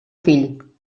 fill